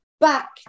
back